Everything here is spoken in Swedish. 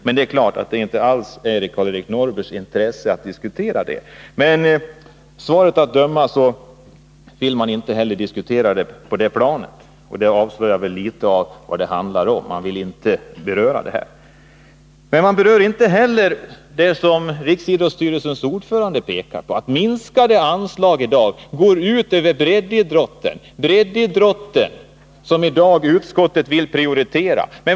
Men det är klart att det inte ligger i Karl-Erik Norrbys intresse att diskutera detta. Av Karl-Erik Norrbys svar att döma vill man inte diskutera detta på det planet, och det avslöjar väl litet vad det handlar om. Karl-Erik Norrby berör inte heller det som riksidrottsstyrelsens ordförande pekar på, nämligen att minskade anslag i dag går ut över breddidrotten. Och breddidrotten vill utskottet i dag prioritera.